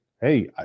hey